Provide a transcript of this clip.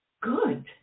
good